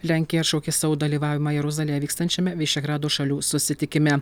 lenkija atšaukė savo dalyvavimą jeruzalėje vykstančiame vyšegrado šalių susitikime